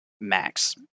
max